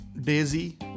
Daisy